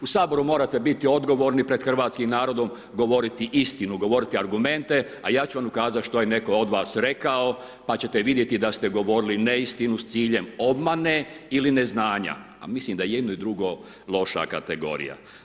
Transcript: U Saboru morate bit odgovorni pred hrvatskim narodom govoriti istinu, govoriti argumente, a ja ću vam ukazati što je netko od vas rekao, pa ćete vidjeti da ste govorili neistinu s ciljem obmane ili neznanja, a mislim da je jedno i drugo loša kategorija.